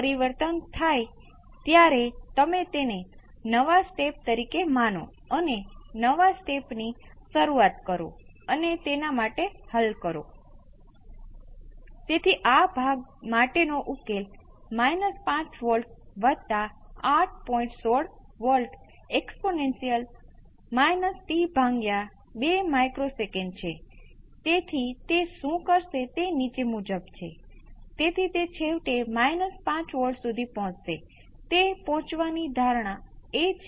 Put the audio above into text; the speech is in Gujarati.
પછી તમે જોઈ શકો છો કે જેને રેઝોનેટ તરીકે ઓળખવામાં આવે છે તે પણ રેઝોનેટ્સના પ્રકારો છે પરંતુ મુદ્દો અહીં એ છે કે આખી વસ્તુ અનંતમાં જશે નહીં જોકે આ ગુણાકાર પરિબળ અનંતમાં જાય છે આ એક્સપોનેનશીયલ 0 પર જડપથી જાય છે પછી આ t RC અનંત સુધી જાય છે